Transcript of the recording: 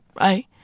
Right